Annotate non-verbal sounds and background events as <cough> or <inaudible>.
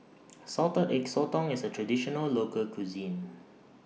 <noise> Salted Egg Sotong IS A Traditional Local Cuisine